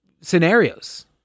scenarios